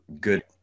good